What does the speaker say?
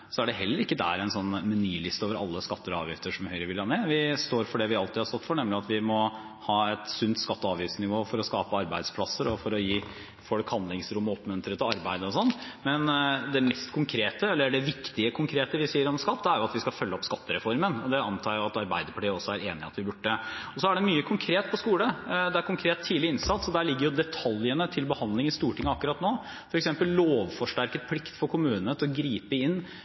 er det heller ikke der en menyliste over alle skatter og avgifter som Høyre vil ha ned. Vi står for det vi alltid har stått for, nemlig at vi må ha et sunt skatte- og avgiftsnivå for å skape arbeidsplasser og for å gi folk handlingsrom og oppmuntre til arbeid osv. Men det mest konkrete, eller det viktige konkrete, vi sier om skatt, er at vi skal følge opp skattereformen, og det antar jeg at Arbeiderpartiet også er enig i at vi burde. Så er det mye konkret på skole. Det er konkret, tidlig innsats, og der ligger detaljene til behandling i Stortinget akkurat nå, f. eks. lovforsterket plikt for kommunene til å gripe inn